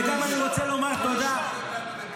אני הבאתי את זה, אבל הוא הראשון.